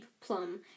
plum